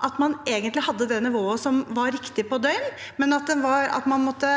hadde det nivået som var riktig på døgn, men at man måtte